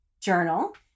journal